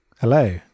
Hello